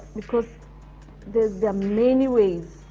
because there's there many ways